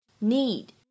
need